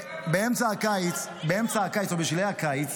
--- באמצע הקיץ או בשלהי הקיץ